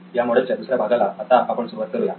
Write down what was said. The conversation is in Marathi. या मॉडेल च्या दुसऱ्या भागाला आता आपण सुरुवात करूया